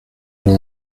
los